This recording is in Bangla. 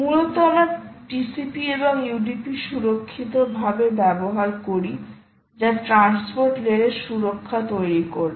মূলত আমরা TCP এবং UDP সুরক্ষিত ভাবে ব্যবহার করিযা ট্রান্সপোর্ট লেয়ার এর সুরক্ষা তৈরি করবে